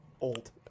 Old